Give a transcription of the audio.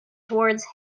towards